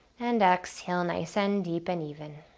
and exhale nice and deep and even.